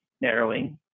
narrowing